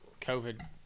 COVID